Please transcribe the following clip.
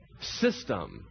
system